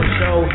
show